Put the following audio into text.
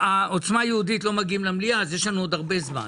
עוצמה יהודית לא מגיעים למליאה אז יש לנו עוד הרבה זמן.